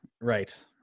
Right